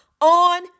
on